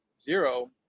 zero